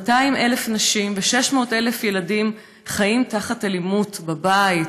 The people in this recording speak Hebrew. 200,000 נשים ו-600,000 ילדים חיים תחת אלימות בבית,